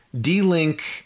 D-Link